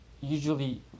usually